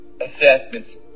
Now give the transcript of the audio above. assessments